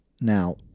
Now